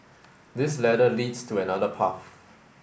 this ladder leads to another path